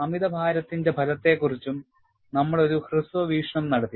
അമിതഭാരത്തിന്റെ ഫലത്തെക്കുറിച്ചും നമ്മൾ ഒരു ഹ്രസ്വ വീക്ഷണം നടത്തി